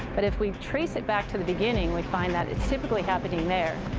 but if we trace it back to the beginning, we find that it's typically happening there,